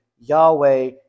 Yahweh